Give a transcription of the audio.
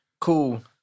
Cool